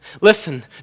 listen